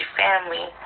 family